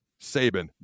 Saban